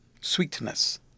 sweetness